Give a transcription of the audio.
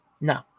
No